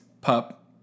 Pup